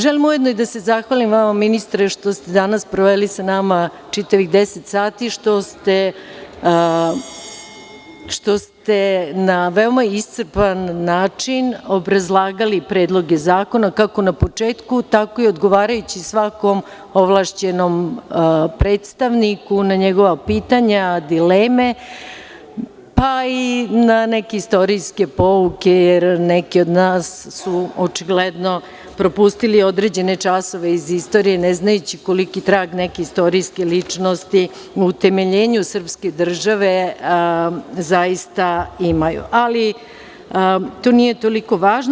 Želim ujedno i da se zahvalim vama, ministre, što ste danas proveli sa nama čitavih 10 sati, što ste na veoma iscrpan način obrazlagali predloge zakona, kako na početku, tako i odgovarajući svakom ovlašćenom predstavniku na njegova pitanja, dileme, pa i na neke istorijske pouke, jer su neki od nas očigledno propustili određene časova iz istorije, ne znajući koliki trag neke istorijske ličnosti u utemeljenju srpske države zaista imaju, ali to nije toliko važno.